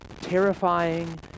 terrifying